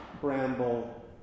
Bramble